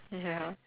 ya